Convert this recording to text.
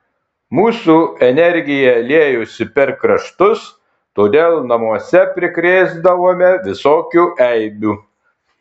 mūsų energija liejosi per kraštus todėl namuose prikrėsdavome visokių eibių